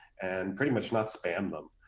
and pretty much not spam them?